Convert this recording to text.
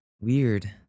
weird